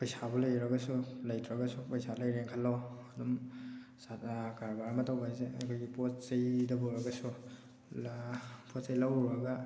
ꯄꯩꯁꯥꯕꯨ ꯂꯩꯔꯒꯁꯨ ꯂꯩꯇ꯭ꯔꯒꯁꯨ ꯄꯩꯁꯥ ꯂꯩꯔꯦ ꯈꯜꯂꯣ ꯑꯗꯨꯝ ꯀꯔꯕꯥꯔ ꯑꯃ ꯇꯧꯕ ꯍꯥꯏꯁꯦ ꯑꯩꯈꯣꯏꯒꯤ ꯄꯣꯠꯆꯩꯗꯕꯨ ꯑꯣꯏꯔꯒꯁꯨ ꯄꯣꯠꯆꯩ ꯂꯧꯔꯨꯔꯒ